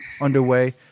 underway